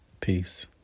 Peace